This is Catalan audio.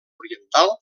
oriental